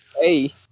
Hey